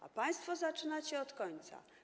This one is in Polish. A państwo zaczynacie od końca.